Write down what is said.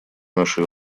нашей